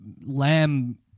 lamb